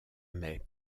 mai